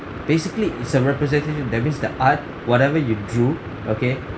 basically it's a representative that means the art whatever you drew okay